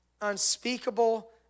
unspeakable